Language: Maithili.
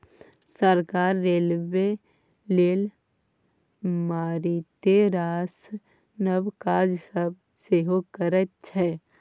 सरकार रेलबे लेल मारिते रास नब काज सब सेहो करैत छै